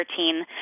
2013